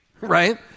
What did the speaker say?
right